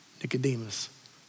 Nicodemus